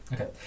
Okay